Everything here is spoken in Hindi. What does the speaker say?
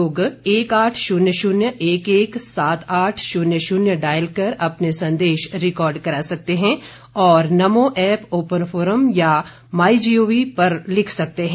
लोग एक आठ शून्य शून्य एक एक सात आठ शून्य शून्य डायल कर अपने संदेश रिकार्ड करा सकते हैं और नमो ऐप ओपन फोरम या माइ जीओवी पर लिख सकते हैं